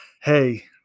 hey